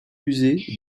user